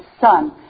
son